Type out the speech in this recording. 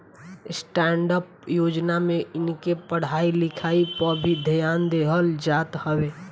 stand up योजना में इनके पढ़ाई लिखाई पअ भी ध्यान देहल जात हवे